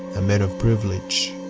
a man of privilege.